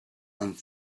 and